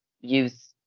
use